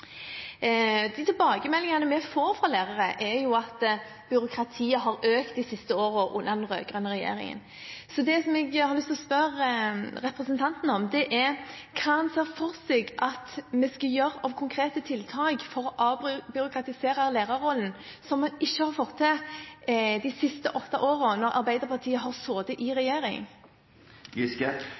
de siste årene under den rød-grønne regjeringen. Det jeg har lyst til å spørre representanten om, er hva han ser for seg at vi skal gjøre av konkrete tiltak for å avbyråkratisere lærerrollen – som man ikke har fått til de siste åtte årene når Arbeiderpartiet har sittet i regjering? For det første er mange skjema som skulle fylles ut, fjernet under vår regjering. Men jeg er enig i